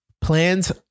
plans